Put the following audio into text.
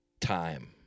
time